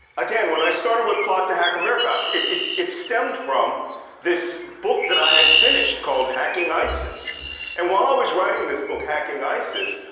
again, when i started with plot to hack america, it it stemmed from this book that i had finished called hacking isis and while i was writing this book hacking isis,